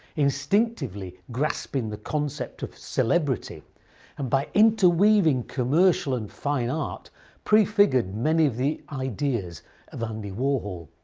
instinctively grasping the concept of celebrity and by interweaving commercial and fine art prefigured many of the ideas of andy warhol.